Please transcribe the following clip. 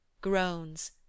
groans